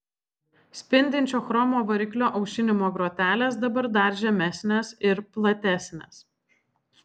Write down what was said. spindinčio chromo variklio aušinimo grotelės dabar dar žemesnės ir platesnės